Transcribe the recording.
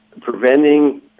preventing